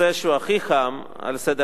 שהוא חם על סדר-היום,